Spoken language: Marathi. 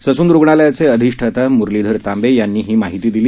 ससून रुणालयाचे अधिष्ठाता मुरलीधर तांबे यांनी आज ही माहिती दिली